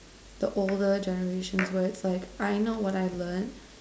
the older generations where it's like I know what I've learned